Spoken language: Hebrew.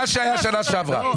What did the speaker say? מה שהיה בשנה שעברה.